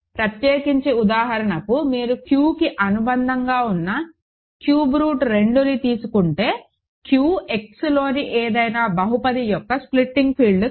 ప్రత్యేకించి ఉదాహరణకు మీరు Qకు అనుబంధంగా ఉన్న క్యూబ్ రూట్ 2ని తీసుకుంటే Q Xలోని ఏదైనా బహుపది యొక్క స్ప్లిటింగ్ ఫీల్డ్ కాదు